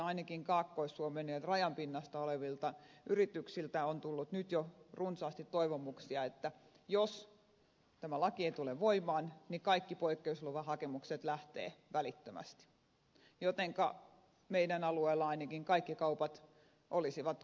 ainakin kaakkois suomen rajan pinnasta olevilta yrityksiltä on tullut nyt jo runsaasti toivomuksia tästä ja on sanottu että jos tämä laki ei tule voimaan niin kaikki poikkeuslupahakemukset lähtevät välittömästi jotenka meidän alueellamme ainakin kaikki kaupat olisivat kuitenkin auki